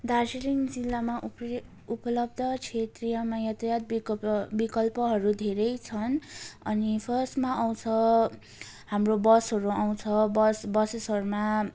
दार्जिलिङ जिल्लामा उप उपलब्ध क्षेत्रीयमा यातायात विकल्प विकल्पहरू धेरै छन् अनि फर्स्टमा आउँछ हाम्रो बसहरू आउँछ बस बसेसहरूमा